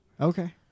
Okay